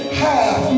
half